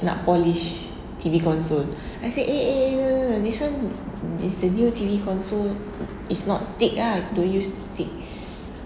nak polish T_V console I say eh eh no no no no this [one] this the new T_V console is not teak ah don't use teak